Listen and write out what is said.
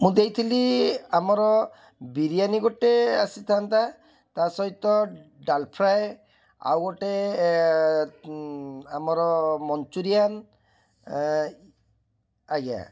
ମୁଁ ଦେଇଥିଲି ଆମର ବିରିୟାନୀ ଗୋଟେ ଆସିଥାନ୍ତା ତା'ସହିତ ଡାଲ ଫ୍ରାଏ ଆଉ ଗୋଟେ ଆମର ମଞ୍ଚୁରିୟାନ୍ ଆଜ୍ଞା